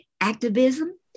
activism